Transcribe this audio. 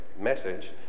message